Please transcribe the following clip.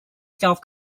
self